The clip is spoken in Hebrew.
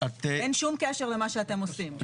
אין שום קשר למה שאתם עושים.